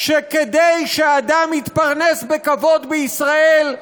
שכדי שאדם יתפרנס בכבוד בישראל,